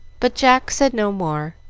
but jack said no more,